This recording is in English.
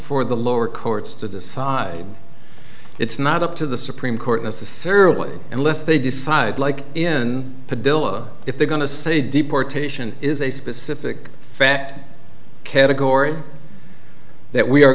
for the lower courts to decide it's not up to the supreme court necessarily unless they decide like in padilla if they're going to say deportation is a specific fact category that we are